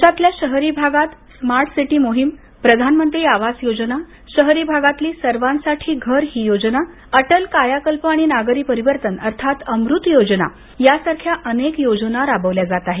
देशातल्या शहरी भागात स्मार्ट सिटी मोहीम प्रधानमंत्री आवास योजना शहरी भागातली सर्वांसाठी घर योजना अटल कायाकल्प आणि नागरी परिवर्तन म्हणजेच अमृत योजना यासारख्या अनेक राबवल्या जात आहेत